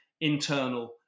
internal